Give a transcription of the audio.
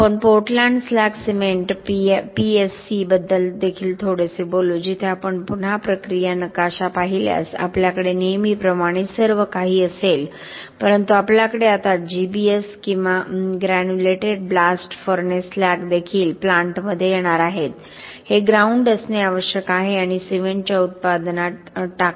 आपण Portland slag cement PSC बद्दल देखील थोडेसे बोलू जिथे आपण पुन्हा प्रक्रिया नकाशा पाहिल्यास आपल्याकडे नेहमीप्रमाणे सर्वकाही असेल परंतु आपल्याकडे आता जीबीएस किंवा ग्रॅन्युलेटेड ब्लास्ट फर्नेस स्लॅग देखील प्लांटमध्ये येणार आहेत हे ग्राउंड असणे आवश्यक आहे आणि सिमेंटच्या उत्पादनात टाका